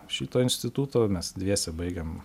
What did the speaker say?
šito instituto mes dviese baigėm